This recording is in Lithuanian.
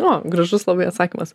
o gražus labai atsakymas